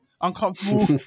uncomfortable